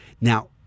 Now